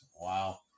Wow